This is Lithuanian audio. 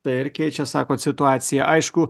perkeičia sakot situaciją aišku